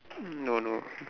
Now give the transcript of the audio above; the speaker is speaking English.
no no